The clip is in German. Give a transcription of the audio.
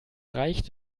reicht